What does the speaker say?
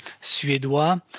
suédois